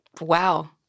wow